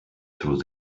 through